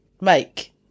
Mike